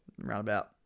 Roundabout